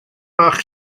bach